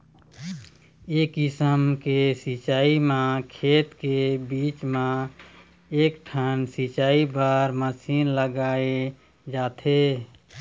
ए किसम के सिंचई म खेत के बीच म एकठन सिंचई बर मसीन लगाए जाथे